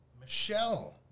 Michelle